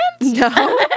No